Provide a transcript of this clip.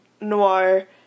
noir